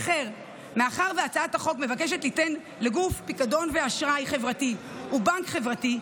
מאחר שהצעת החוק מבקשת ליתן לגוף פיקדון ואשראי חברתי ובנק חברתי,